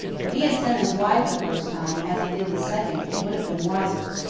if he had sent his wife the first time, as he did the second, it would have been wiser.